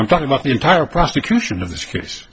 i'm talking about the entire prosecution of this case